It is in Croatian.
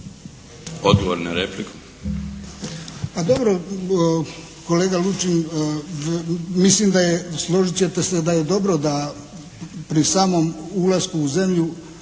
Odgovor na repliku.